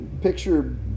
picture